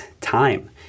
time